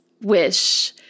wish